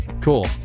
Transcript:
Cool